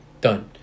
done